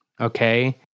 Okay